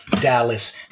Dallas